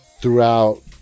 throughout